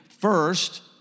first